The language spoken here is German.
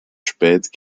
spät